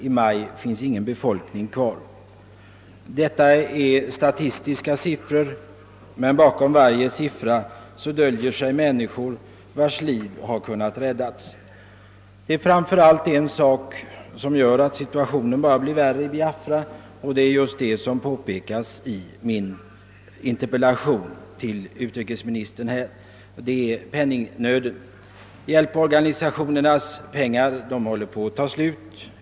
I maj finns ingen befolkning kvar.» Dessa siffror är statistiska, men bakom varje siffra döljer sig människor vilkas liv hade kunnat räddas. Det är framför allt en sak som gör att situationen bara blir värre i Biafra, nämligen den som jag i min interpellation har pekat på: penningnöden. Hjälporganisationernas pengar håller på att ta slut.